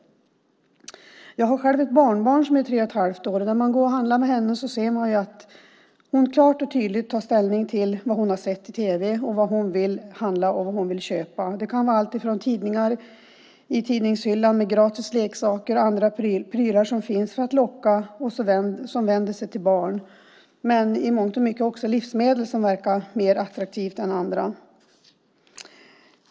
Själv har jag ett barnbarn som är tre och ett halvt år. När jag går och handlar med henne ser jag att hon klart och tydligt tar ställning till vad hon sett på tv och till vad hon vill köpa. Det kan vara allt från tidningar i tidningshyllan med gratis leksaker och andra prylar för att locka och som vänder sig till barn. Men i mångt och mycket gäller det också livsmedel som verkar vara mer attraktiva än andra.